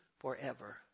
forever